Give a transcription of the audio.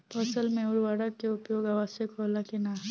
फसल में उर्वरक के उपयोग आवश्यक होला कि न?